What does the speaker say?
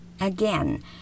Again